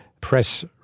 press